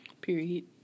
period